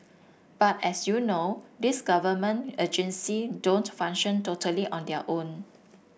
but as you know these government agency don't function totally on their own